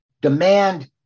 demand